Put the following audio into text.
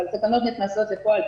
אבל תקנות נכנסות לפועל,